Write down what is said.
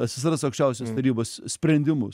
ssrs aukščiausios tarybos sprendimus